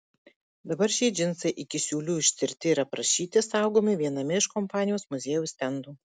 dabar šie džinsai iki siūlių ištirti ir aprašyti saugomi viename iš kompanijos muziejaus stendų